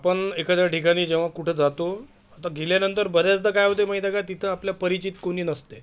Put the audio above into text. आपण एखाद्या ठिकाणी जेव्हा कुठे जातो तर गेल्यानंतर बऱ्याचदा काय होतं माहितीये का तिथं आपल्या परिचीत कोणी नसतं